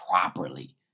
properly